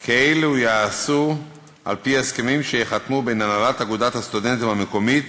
כי אלו ייעשו על-פי הסכמים שייחתמו בין הנהלת אגודת הסטודנטים המקומית